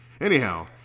anyhow